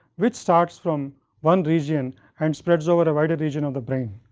which starts from one region and spreads over a wider region of the brain.